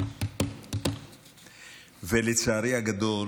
ולצערי הגדול